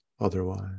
otherwise